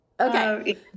Okay